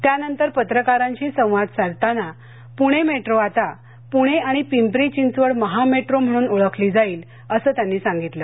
त्यानंतर पत्रकारांशी संवाद साधताना पुणे मेट्रो आता पुणे आणि पिंपरी चिंचवड महामेट्रो म्हणून ओळखली जाईल असं ही त्यांनी सांगितलं